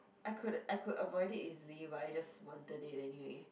I could I could avoid it easily but I just wanted it anyway